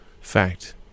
fact